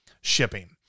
shipping